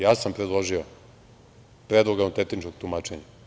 Ja sam predložio predlog autentičnog tumačenja.